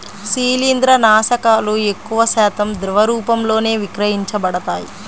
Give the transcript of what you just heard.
శిలీంద్రనాశకాలు ఎక్కువశాతం ద్రవ రూపంలోనే విక్రయించబడతాయి